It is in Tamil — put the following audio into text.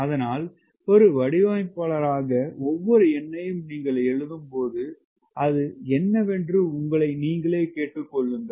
அதனால் ஒரு வடிவமைப்பாளராக ஒவ்வொரு எண்ணையும் நீங்கள் எழுதும் பொழுது அது என்னவென்று உங்களை நீங்களே கேட்டுக் கொள்ளுங்கள்